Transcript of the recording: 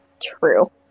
true